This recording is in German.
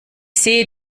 sehe